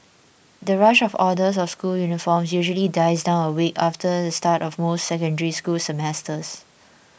the rush of orders of school uniforms usually dies down a week after the start of most Secondary School semesters